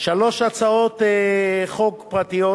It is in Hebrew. שלוש הצעות חוק פרטיות,